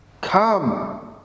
come